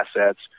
assets